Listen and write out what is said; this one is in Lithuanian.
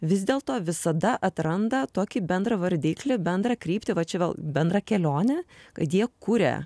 vis dėlto visada atranda tokį bendrą vardiklį bendrą kryptį va čia vėl bendrą kelionę kad jie kuria